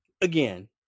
again